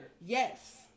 Yes